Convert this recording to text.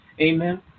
Amen